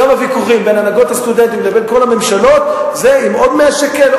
גם הוויכוחים בין הנהגות הסטודנטים לבין כל הממשלות זה אם עוד 100 שקל,